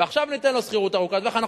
ועכשיו ניתן לו שכירות ארוכת טווח.